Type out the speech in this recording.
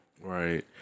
Right